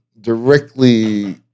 directly